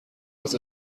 was